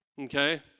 Okay